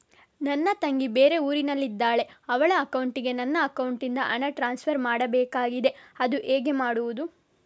ನನ್ನ ತಂಗಿ ಬೇರೆ ಊರಿನಲ್ಲಿದಾಳೆ, ಅವಳ ಅಕೌಂಟಿಗೆ ನನ್ನ ಅಕೌಂಟಿನಿಂದ ಹಣ ಟ್ರಾನ್ಸ್ಫರ್ ಮಾಡ್ಬೇಕಾಗಿದೆ, ಅದು ಹೇಗೆ ಮಾಡುವುದು?